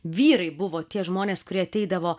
vyrai buvo tie žmonės kurie ateidavo